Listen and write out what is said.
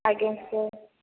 ଆଜ୍ଞା ସାର୍